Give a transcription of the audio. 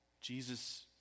Jesus